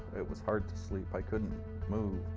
it was hard to sleep, i couldn't move.